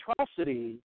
atrocity